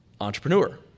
entrepreneur